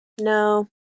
No